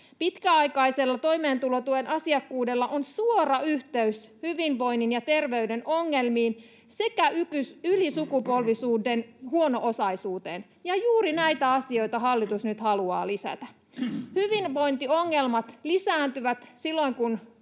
Pitkäaikaisella toimeentulotuen asiakkuudella on suora yhteys hyvinvoinnin ja terveyden ongelmiin sekä ylisukupolvisuuden huono-osaisuuteen, ja juuri näitä asioita hallitus nyt haluaa lisätä. Hyvinvointiongelmat lisääntyvät silloin, kun